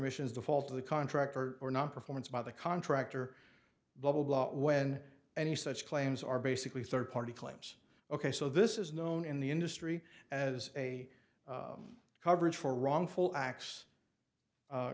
emissions the fault of the contractor or not performance by the contractor blah blah blah when any such claims are basically third party claims ok so this is known in the industry as a coverage for wrongful acts